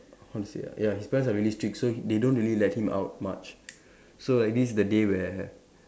how to say ah ya his parents are really strict so they don't really let him out much so like this the day where